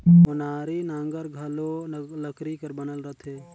ओनारी नांगर घलो लकरी कर बनल रहथे